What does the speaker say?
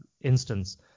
instance